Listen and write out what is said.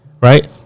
Right